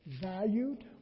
valued